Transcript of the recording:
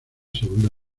segunda